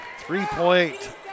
Three-point